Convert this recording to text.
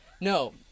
no